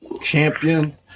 champion